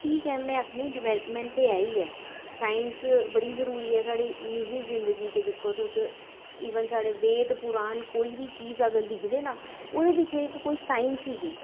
ठीक ऐ में आखनी डेवलपमेंट ते ऐ ही ऐ साइंस बड़ी जरूरी ऐ साढ़ी निजी जिंदगी च दिक्खो तुस इवन साढ़े वेद पुरान कोई बी चीज़ अगर लिखे दे ना ओह्दे पिच्छें इक कोई साइंस ही